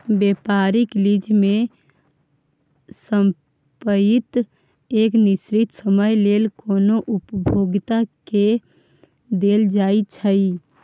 व्यापारिक लीज में संपइत एक निश्चित समय लेल कोनो उपभोक्ता के देल जाइ छइ